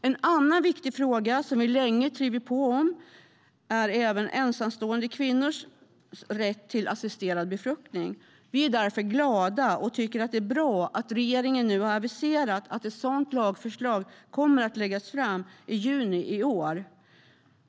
En annan viktig fråga som vi länge har drivit på i är ensamstående kvinnors rätt till assisterad befruktning. Vi är därför glada och tycker det är bra att regeringen nu har aviserat att ett sådant lagförslag kommer att läggas fram i juni i år.